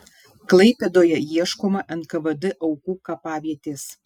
klaipėdoje ieškoma nkvd aukų kapavietės